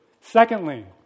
Secondly